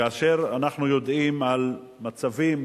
כאשר אנחנו יודעים על מצבים